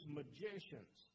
magicians